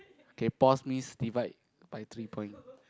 K pause means divide by three point